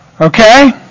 Okay